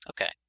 Okay